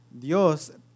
Dios